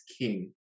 king